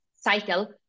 cycle